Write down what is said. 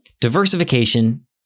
Diversification